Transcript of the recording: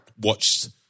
watched